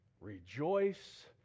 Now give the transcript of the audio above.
rejoice